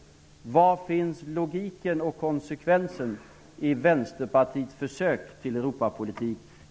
Var finns logiken och konsekvensen i Vänsterpartiets försök till Europapolitik?